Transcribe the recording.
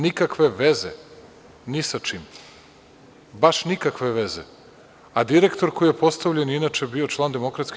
Nikakve veze ni sa čim, baš nikakve veze, a direktor koji je postavljen je inače bio član DS.